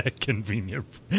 Convenient